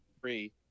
three